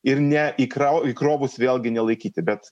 ir ne įkrau įkrovus vėlgi nelaikyti bet